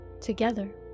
together